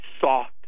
soft